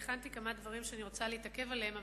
הכנתי כמה דברים שאני רוצה להתעכב עליהם,